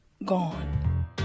Gone